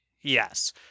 Yes